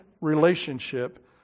relationship